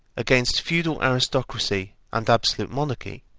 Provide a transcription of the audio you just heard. against feudal aristocracy and absolute monarchy,